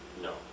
No